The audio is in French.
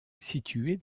situé